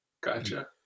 gotcha